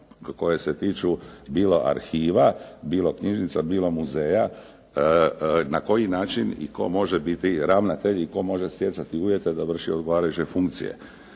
koje se tiču bilo arhiva, bilo knjižnica, bilo muzeja, na koji način i tko može biti ravnatelj i tko može stjecati uvjete da vrši odgovarajuće funkcije.